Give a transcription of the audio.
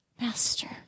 master